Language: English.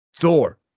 Thor